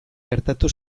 gertatu